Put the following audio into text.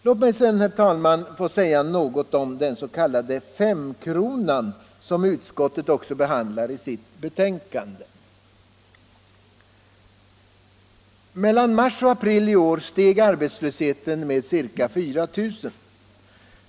Låt mig sedan, herr talman, få säga något om den s.k. femkronan, som utskottet också behandlar i sitt betänkande. Mellan mars och april i år steg arbetslösheten med ca 4 000.